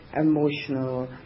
emotional